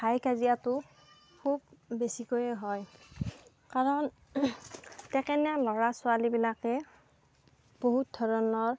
হাই কাজিয়াটো খুব বেছিকৈয়ে হয় কাৰণ ডেকেনীয়া ল'ৰা ছোৱালীবিলাকে বহুত ধৰণৰ